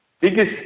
biggest